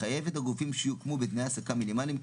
לחייב את הגופים שיוקמו בדמי העסקה מינימליים,